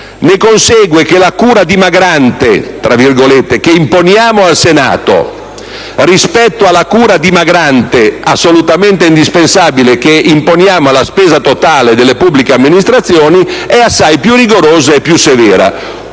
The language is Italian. Ne consegue che la «cura dimagrante» che imponiamo al Senato, rispetto alla «cura dimagrante» assolutamente indispensabile che imponiamo alla spesa totale delle pubbliche amministrazioni, è assai più rigorosa e più severa.